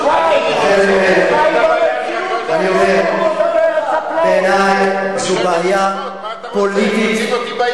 לכן אני אומר: בעיני זו בעיה פוליטית,